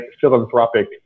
philanthropic